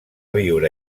viure